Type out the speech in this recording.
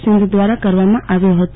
સિંઘ દ્રારા કરવામાં આવ્યો હતો